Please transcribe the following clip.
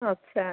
अच्छा